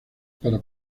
para